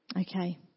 okay